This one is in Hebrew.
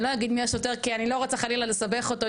אני לא רוצה להגיד מי השוטר כי אני לא רוצה חלילה לסבך אותו,